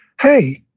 hey,